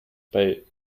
bei